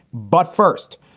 but first,